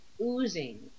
oozing